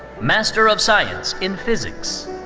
master of science in physics.